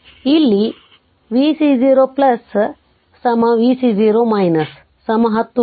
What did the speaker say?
ಇಲ್ಲಿ vc 0 vc 0 10 volt